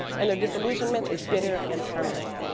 and their disillusionment is bitter and permanent.